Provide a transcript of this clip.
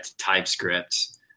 typescript